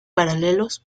paralelos